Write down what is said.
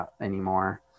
anymore